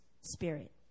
spirit